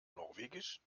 norwegisch